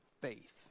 faith